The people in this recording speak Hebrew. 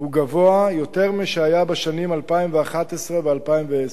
גבוה משהיה בשנים 2011 ו-2010,